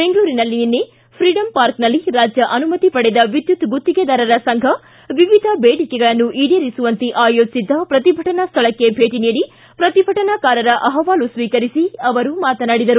ಬೆಂಗಳೂರಿನಲ್ಲಿ ನಿನ್ನೆ ಫ್ರೀಡಂ ಪಾರ್ಕ್ನಲ್ಲಿ ರಾಜ್ಯ ಅನುಮತಿ ಪಡೆದ ವಿದ್ಯುತ್ ಗುತ್ತಿಗೆದಾರರ ಸಂಘ ವಿವಿಧ ಬೇಡಿಕೆಗಳನ್ನು ಈಡೇರಿಸುವಂತೆ ಆಯೋಜಿಸಿದ್ದ ಪ್ರತಿಭಟನಾ ಸ್ಥಳಕ್ಕೆ ಭೇಟಿ ನೀಡಿ ಪ್ರತಿಭಟನಾಕಾರರ ಅಪವಾಲು ಸ್ವೀಕರಿಸಿ ಅವರು ಮಾತನಾಡಿದರು